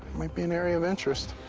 might be an area of interest.